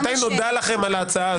מתי נודע לכם על ההצעה הזו?